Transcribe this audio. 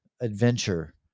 adventure